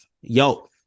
Yo